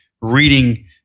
reading